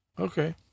okay